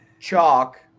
chalk